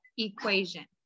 equation